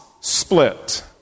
split